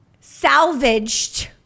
salvaged